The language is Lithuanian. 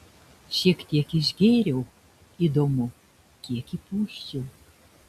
šiek tiek išgėriau įdomu kiek įpūsčiau